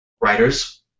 writers